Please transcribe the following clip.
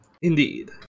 Indeed